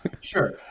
Sure